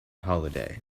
holiday